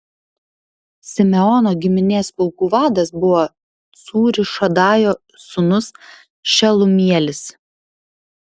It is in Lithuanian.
simeono giminės pulkų vadas buvo cūrišadajo sūnus šelumielis